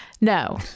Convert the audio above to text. no